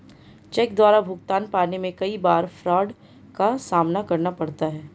check द्वारा भुगतान पाने में कई बार फ्राड का सामना करना पड़ता है